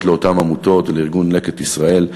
לאותן עמותות ולארגון "לקט ישראל".